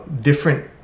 different